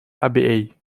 абьей